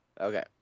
Okay